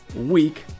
week